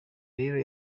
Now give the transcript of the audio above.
rero